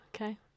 Okay